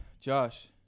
Josh